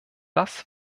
das